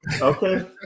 Okay